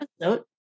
episode